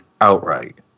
outright